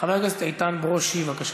חבר הכנסת איתן ברושי, בבקשה,